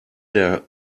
der